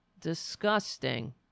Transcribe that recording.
Disgusting